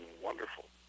wonderful